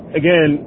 again